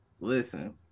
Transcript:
Listen